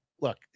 look